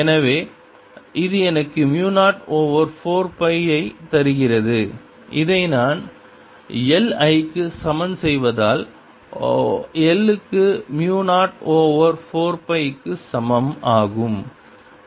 எனவே இது எனக்கு மு 0 ஓவர் 4 பை ஐ தருகிறது இதை நான் lI க்கு சமன் செய்தால் l க்கு மு 0 ஓவர் 4 பை சமம் ஆகும்